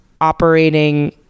operating